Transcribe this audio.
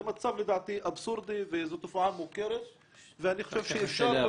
זה מצב אבסורדי ותופעה מוכרת וזה אפשרי